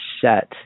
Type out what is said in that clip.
set